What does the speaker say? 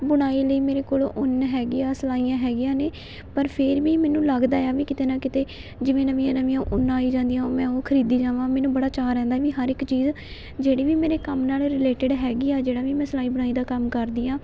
ਬੁਣਾਈ ਲਈ ਮੇਰੇ ਕੋਲ ਉੱਨ ਹੈਗੀ ਆ ਸਿਲਾਈਆਂ ਹੈਗੀਆਂ ਨੇ ਪਰ ਫਿਰ ਵੀ ਮੈਨੂੰ ਲੱਗਦਾ ਹੈ ਵੀ ਕਿਤੇ ਨਾ ਕਿਤੇ ਜਿਵੇਂ ਨਵੀਆਂ ਨਵੀਆਂ ਉੱਨ ਆਈ ਜਾਂਦੀਆਂ ਉਵੇਂ ਉਹ ਖਰੀਦੀ ਜਾਵਾਂ ਮੈਨੂੰ ਬੜਾ ਚਾਅ ਰਹਿੰਦਾ ਹੈ ਵੀ ਹਰ ਇੱਕ ਚੀਜ਼ ਜਿਹੜੀ ਵੀ ਮੇਰੇ ਕੰਮ ਨਾਲ ਰਿਲੇਟਿਡ ਹੈਗੀ ਆ ਜਿਹੜਾ ਵੀ ਮੈਂ ਸਿਲਾਈ ਬੁਣਾਈ ਦਾ ਕੰਮ ਕਰਦੀ ਹਾਂ